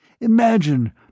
Imagine